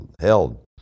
held